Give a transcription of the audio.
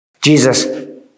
Jesus